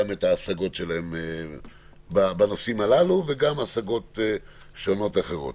ההשגות שלהם בנושאים הללו וגם השגות שונות אחרות.